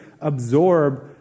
absorb